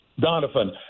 Donovan